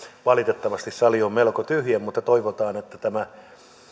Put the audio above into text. valitettavasti sali on melko tyhjä mutta toivotaan että tämä